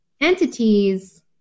entities